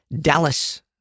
Dallas